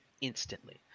instantly